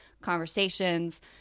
conversations